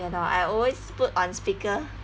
ya lor I always put on speaker